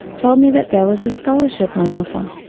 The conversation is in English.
told me that there was a scholarship on offer,